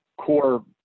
core